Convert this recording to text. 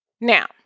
Now